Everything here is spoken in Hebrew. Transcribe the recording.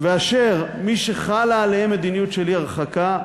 ומי שחלה עליהם מדיניות של אי-הרחקה.